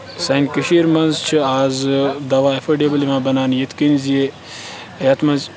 سانہِ کٔشیٖر منٛز چھِ اَز دَوا ایٚفٲڈیبُل یِوان بَناونہٕ یِتھٕ کٔنۍ زِ یَتھ منٛز